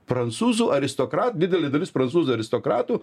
prancūzų aristokrat didelė dalis prancūzų aristokratų